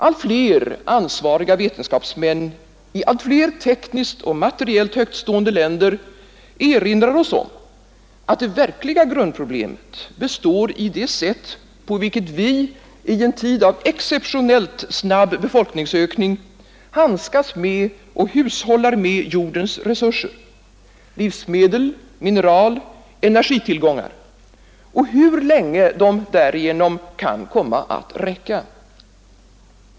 Allt fler ansvariga vetenskapsmän i allt fler tekniskt och materiellt högtstående länder erinrar oss om att det verkliga grundproblemet består i det sätt på vilket vi i en tid av exceptionellt snabb befolkningsökning handskas med och hushållar med jordens resurser — livsmedel, mineraler, energitillgångar — och hur länge de därigenom kan komma att räcka.